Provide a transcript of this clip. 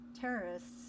terrorists